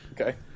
Okay